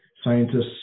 Scientists